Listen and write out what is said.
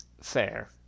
fair